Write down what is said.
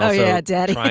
ah yeah, daddy.